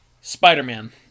Spider-Man